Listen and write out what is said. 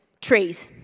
trees